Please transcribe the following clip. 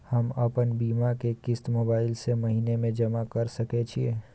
हम अपन बीमा के किस्त मोबाईल से महीने में जमा कर सके छिए?